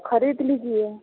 तो खरीद लीजिए